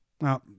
Now